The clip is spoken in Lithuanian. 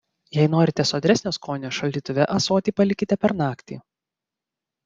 jei norite sodresnio skonio šaldytuve ąsotį palikite per naktį